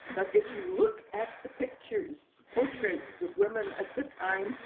but if you look at the pictures portraits of women at the time,